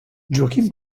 joaquim